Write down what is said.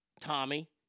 Tommy